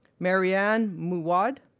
mary-anne mouawad,